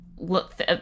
Look